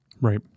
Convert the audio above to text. Right